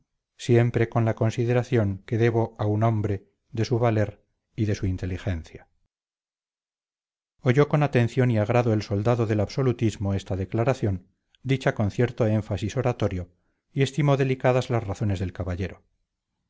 siempre con la consideración que debo a un hombre de su valer y de su inteligencia oyó con atención y agrado el soldado del absolutismo esta declaración dicha con cierto énfasis oratorio y estimó delicadas las razones del caballero